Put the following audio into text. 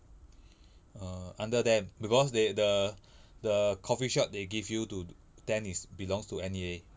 err under them because they the the coffee shop they give you to tend is belongs to N_E_A